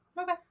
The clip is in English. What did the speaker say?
Okay